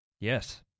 Yes